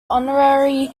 honorary